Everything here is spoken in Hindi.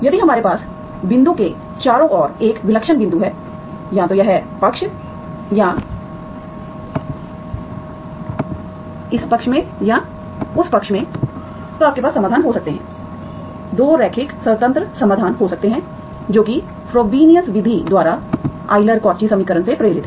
यदि हमारे पास बिंदु के चारों ओर एक विलक्षण बिंदु है या तो इस पक्ष में या उस पक्ष में तो आपके पास समाधान हो सकते हैं 2 रैखिक स्वतंत्र समाधान हो सकते हैं जो कि फ्रोबेनियस विधि द्वारा यूलर कॉची समीकरण से प्रेरित है